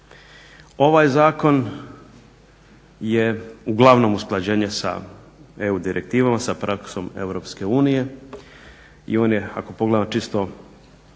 Ovaj zakon je uglavnom usklađenje sa EU direktivom, sa praksom EU i on je ako pogledamo čisto